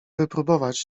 wypróbować